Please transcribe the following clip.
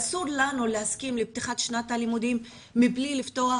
אסור לנו להסכים לפתיחת שנת הלימודים מבלי לפתוח